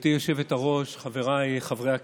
גברתי היושבת-ראש, חבריי חברי הכנסת,